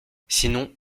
sinon